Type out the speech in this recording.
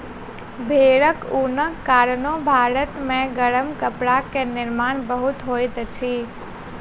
भेड़क ऊनक कारणेँ भारत मे गरम कपड़ा के निर्माण बहुत होइत अछि